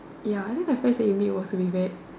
ya I think the friends that you meet was really bad